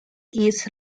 its